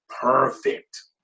perfect